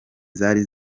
zari